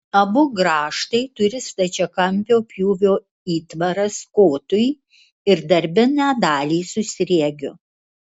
abu grąžtai turi stačiakampio pjūvio įtvaras kotui ir darbinę dalį su sriegiu